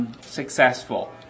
successful